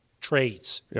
traits